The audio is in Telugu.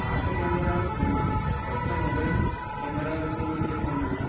పాత కెమెరాలకు క్రొత్త మొబైల్ కెమెరాలకు మధ్య కొన్నీ